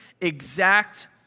exact